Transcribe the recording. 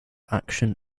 action